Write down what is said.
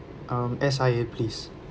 um S_I_A please